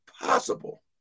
possible